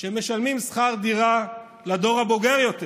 שמשלמים שכר דירה לדור הבוגר יותר